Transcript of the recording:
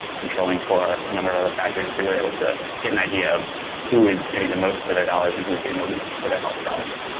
controlling for a number of other factors we were able to get an idea of who is getting the most for their dollars and who is getting the least for their health dollars.